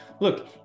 Look